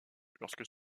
lorsque